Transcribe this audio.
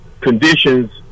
conditions